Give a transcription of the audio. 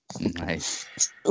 nice